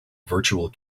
virtual